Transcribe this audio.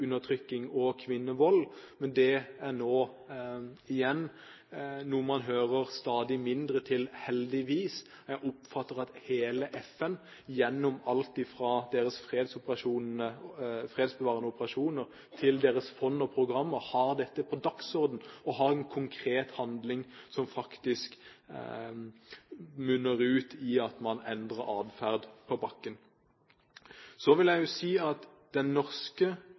Men det er noe man nå hører stadig mindre om, heldigvis. Jeg oppfatter det slik at hele FN gjennom alt fra deres fredsbevarende operasjoner til deres fond og programmer har dette på dagsordenen og har en konkret handling som munner ut i at man endrer adferd på bakken. Så vil jeg si at den norske